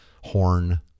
horn